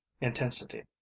intensity